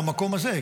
במקום הזה,